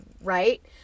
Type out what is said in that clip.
right